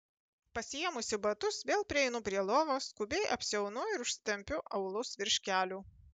pasiėmusi batus vėl prieinu prie lovos skubiai apsiaunu ir užsitempiu aulus virš kelių